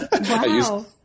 Wow